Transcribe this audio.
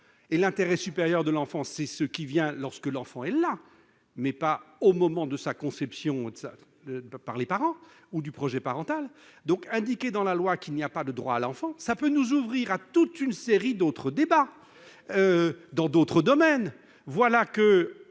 L'intérêt supérieur de l'enfant, c'est ce qui vient lorsque l'enfant est là, mais pas au moment de sa conception par les parents ou de l'élaboration du projet parental. Indiquer dans la loi qu'il n'y a pas de droit à l'enfant peut conduire à toute une série d'autres débats. Ainsi, lorsque dans